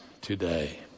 today